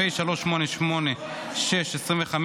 פ/3886/25,